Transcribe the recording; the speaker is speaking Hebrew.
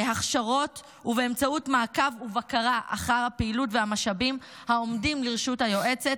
הכשרות ובאמצעות מעקב ובקרה אחר הפעילות והמשאבים העומדים לרשות היועצת